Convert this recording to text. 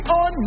on